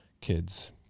kids